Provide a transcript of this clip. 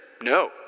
No